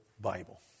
Bible